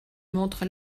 montre